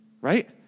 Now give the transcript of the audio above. right